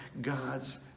God's